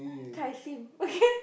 chye-sim okay